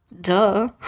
Duh